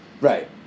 Right